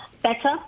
better